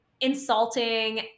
insulting